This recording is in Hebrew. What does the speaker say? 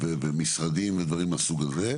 במשרדים ודברים מן הסוג הזה.